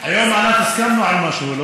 היום אנחנו הסכמנו על משהו,